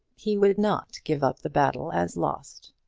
he would not give up the battle as lost.